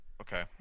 Okay